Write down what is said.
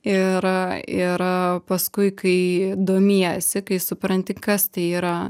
ir ir paskui kai domiesi kai supranti kas tai yra